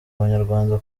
abanyarwanda